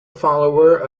follower